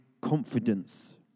confidence